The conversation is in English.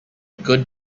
good